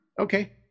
Okay